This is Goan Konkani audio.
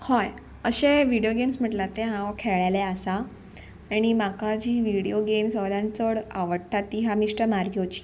हय अशे विडियो गेम्स म्हटल्या ते हांव खेळले आसां आनी म्हाका जी व्हिडियो गेम्स सगल्यान चड आवडटा ती हा मिस्टर मारकिची